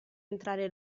entrare